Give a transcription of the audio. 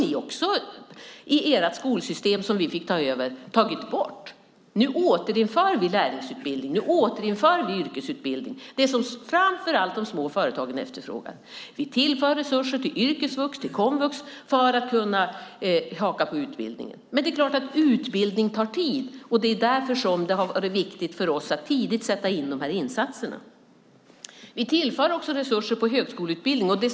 I ert skolsystem som vi fick ta över hade ni tagit bort det. Nu återinför vi lärlingsutbildning och yrkesutbildning som framför allt de små företagen efterfrågar. Vi tillför resurser till yrkesvux och till komvux för att kunna haka på utbildningen. Men det är klart att utbildning tar tid. Det är därför som det har varit viktigt för oss att tidigt sätta in dessa insatser. Vi tillför också resurser till högskoleutbildning.